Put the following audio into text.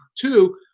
Two